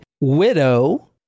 widow